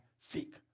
seek